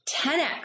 10x